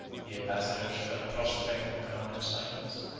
the ambassadors fell prostrate on the ground in silence.